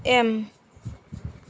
M